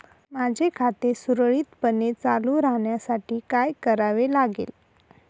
माझे खाते सुरळीतपणे चालू राहण्यासाठी काय करावे लागेल?